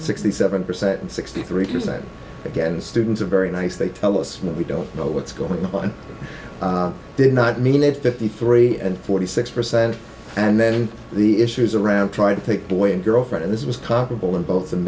sixty seven percent and sixty three percent again students are very nice they tell us what we don't know what's going on i did not mean at fifty three and forty six percent and then the issues around trying to take boy and girl friend this was comparable in both